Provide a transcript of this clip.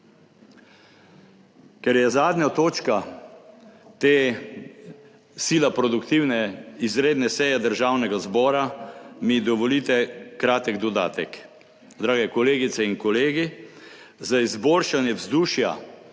Ker je zadnja točka te sila produktivne izredne seje Državnega zbora mi dovolite kratek dodatek. Drage kolegice in kolegi, za izboljšanje vzdušja